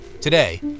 Today